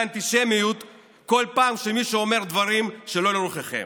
"אנטישמיות" כל פעם שמישהו אומרים דברים שלא לרוחכם.